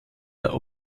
der